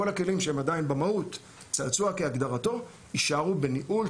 כל הכלים שהם עדיין במהות צעצוע כהגדרתו - יישארו בניהול,